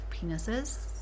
penises